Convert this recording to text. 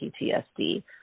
PTSD